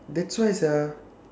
that's why sia